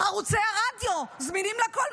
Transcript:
ערוצי הרדיו זמינים לכול.